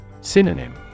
Synonym